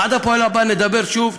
עד הפועל הבא נדבר שוב,